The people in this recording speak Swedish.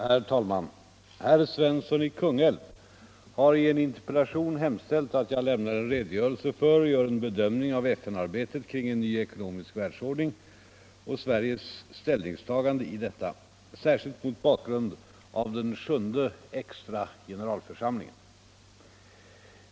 Herr talman! Herr Svensson i Kungälv har i en interpellation hemställt att jag lämnar en redogörelse för och gör en bedömning av FN-arbetet kring en ny ekonomisk världsordning och Sveriges ställningstagande i detta, särskilt mot bakgrund av den sjunde extra generalförsamlingen.